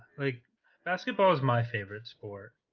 like basketball is my favorite sport.